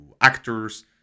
actors